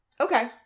Okay